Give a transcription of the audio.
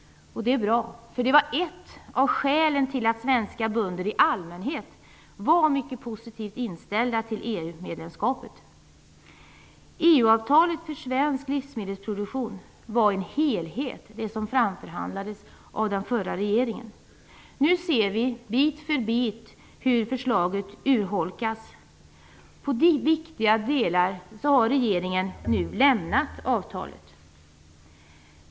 Det är bra, för det var ett av skälen till att svenska bönder i allmänhet var mycket positivt inställda till EU-medlemskapet. Det EU-avtal som framförhandlades av den förra regeringen var en helhet för svensk livsmedelsproduktion. Nu ser vi hur förslaget urholkas bit för bit. I viktiga delar har regeringen nu lämnat avtalet.